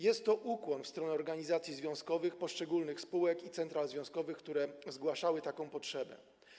Jest to ukłon w stronę organizacji związkowych poszczególnych spółek i central związkowych, które zgłaszały taką potrzebę.